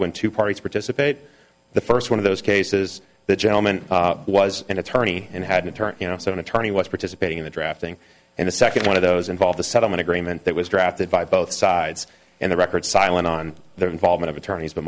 when two parties participate the first one of those cases the gentleman was an attorney and had an attorney you know so an attorney was participating in the drafting and a second one of those involved a settlement agreement that was drafted by both sides in the record silent on the involvement of attorneys but